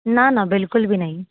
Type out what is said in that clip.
ના ના બિલકુલ બી નહીં